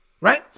right